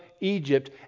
Egypt